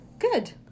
good